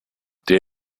der